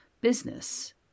business